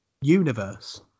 universe